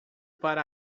para